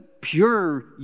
pure